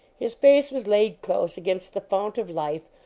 his face was laid close against the fount of life,